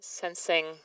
Sensing